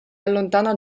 allontana